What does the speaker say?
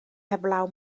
heblaw